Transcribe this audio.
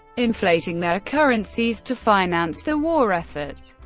inflating their currencies to finance the war effort.